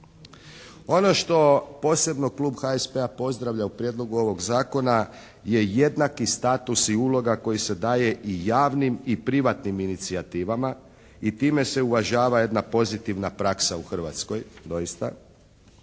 Ono što posebno klub HSP-a pozdravlja u prijedlogu ovog zakona je jednaki status i uloga koji se daje i javnim i privatnim inicijativama i time se uvažava jedna pozitivna praksa u Hrvatskoj doista.